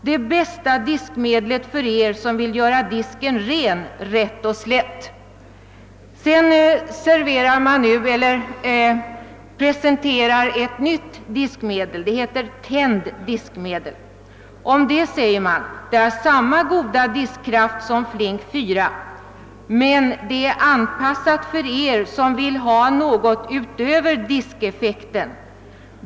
Det bästa diskmedlet för Er som vill göra disken ren, rätt och slätt.> Sedan presenterar man ett nytt diskmedel. Det heter Tend diskmedel. Om det skriver man att det »har samma goda diskkraft som Flink 4. Tend diskmedel är anpassat för Er som vill ha något utöver diskeffekten.